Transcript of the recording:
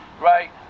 right